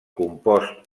compost